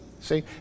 See